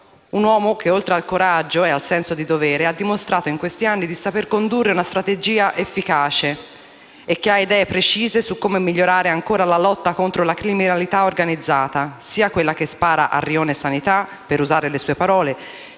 Un uomo che, oltre al coraggio e al senso del dovere, ha dimostrato in questi anni di saper condurre una strategia efficace e che ha idee precise su come migliorare ancora la lotta contro la criminalità organizzata sia quella che spara al rione Sanità (per usare le sue parole)